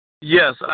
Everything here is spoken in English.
Yes